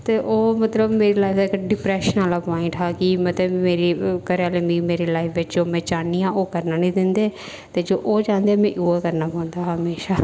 तो ओह् मतलब मेरी लाईफ दा इक्क डिप्रैशन आह्ला प्वांइट हा की मतलब मेरे घरै आह्ले मतलब की में जो चाह्न्नी आं ओह् करन निं दिंदे ते जे ओह् चांहदे मिगी ओह् करना पौंदा हा म्हेशां